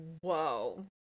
whoa